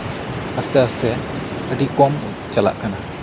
ᱟᱥᱛᱮ ᱟᱥᱛᱮ ᱟᱹᱰᱤ ᱠᱚᱢ ᱪᱟᱞᱟᱜ ᱠᱟᱱᱟ